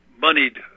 moneyed